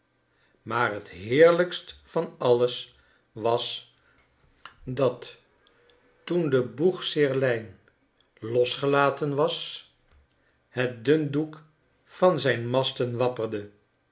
maar het heerlijkst van alles was dat toen de boegseerlijn losgelaten was het dundoek van zijn masten wapperde